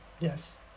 Yes